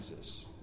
Jesus